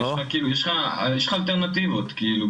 יש לך כל מיני אלטרנטיבות כאילו.